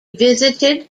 visited